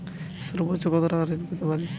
সর্বোচ্চ কত টাকা ঋণ পেতে পারি?